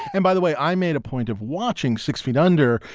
and by the way, i made a point of watching six feet under,